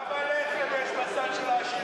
כמה לחם יש בסל של העשירים?